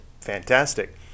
fantastic